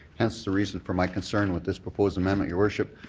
hence the reason for my concern with this proposed amendment, your worship,